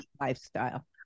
lifestyle